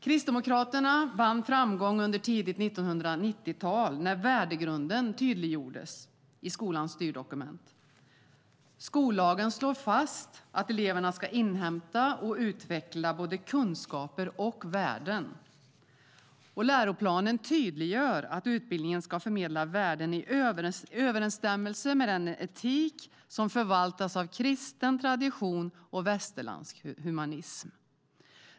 Kristdemokraterna vann framgång under tidigt 1990-tal när värdegrunden tydliggjordes i skolans styrdokument. Skollagen slår fast att eleverna ska inhämta och utveckla både kunskaper och värden. Läroplanen tydliggör att utbildningen ska förmedla värden i överensstämmelse med den etik som förvaltas av kristen tradition och västerländsk humanism.